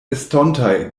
estontaj